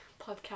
podcast